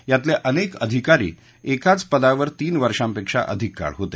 यातले अनेक अधिकारी एकाच पदावर तीन वर्षांपेक्षा अधिक काळ होते